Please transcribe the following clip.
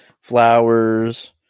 flowers